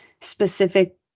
specific